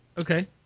Okay